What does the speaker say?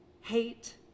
Hate